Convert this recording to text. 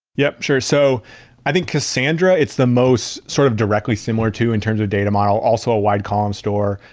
yup. sure. so i think, cassandra it's the most sort of directly similar to in terms of data model, also a wide column store.